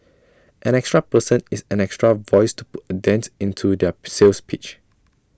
an extra person is an extra voice to put A dent into their per sales pitch